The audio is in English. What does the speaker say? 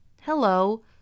Hello